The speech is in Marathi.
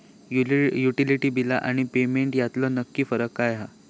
युटिलिटी बिला आणि पेमेंट यातलो नक्की फरक काय हा?